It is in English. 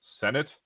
Senate